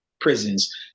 prisons